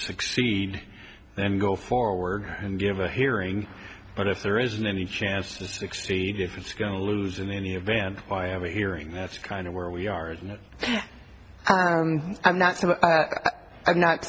succeed then go forward and give a hearing but if there isn't any chance to succeed if it's going to lose in any event i have a hearing that's kind of where we are in it i'm not so i'm not